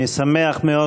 אני שמח מאוד,